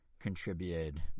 contributed